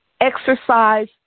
exercise